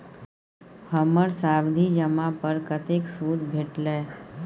हमर सावधि जमा पर कतेक सूद भेटलै?